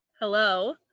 Hello